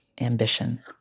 ambition